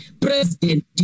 president